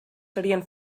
serien